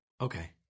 Okay